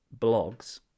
blogs